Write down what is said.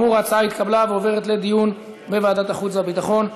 התשע"ו 2015, לוועדת החוץ והביטחון נתקבלה.